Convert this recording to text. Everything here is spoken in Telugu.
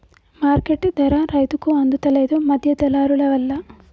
మార్కెట్ ధర రైతుకు అందుత లేదు, మధ్య దళారులవల్ల